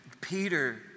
Peter